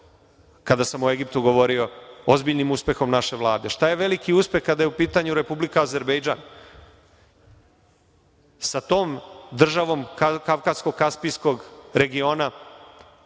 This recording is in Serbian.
kada sam o Egiptu govorio, ozbiljnim uspehom naše Vlade. Šta je veliki uspeh kada je u pitanju Republika Azerbejdžan? Sa tom državom kavkasko-kaspijskog regiona